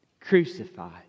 crucified